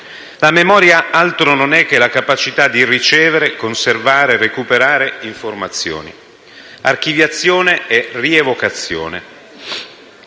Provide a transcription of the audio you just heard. La memoria altro non è che la capacità di ricevere, conservare e recuperare informazioni: archiviazione e rievocazione.